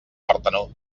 partenó